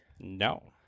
No